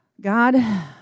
God